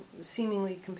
seemingly